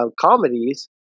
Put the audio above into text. comedies